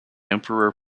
emperor